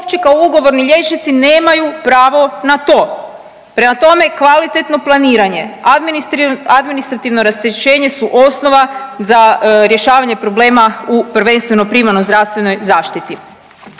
uopće kao ugovorni liječnici nemaju pravo na to, prema tome kvalitetno planiranje, administrativno rasterećenje su osnova za rješavanje problema u prvenstveno primarnoj zdravstvenoj zaštiti.